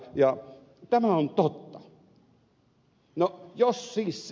ja tämä on totta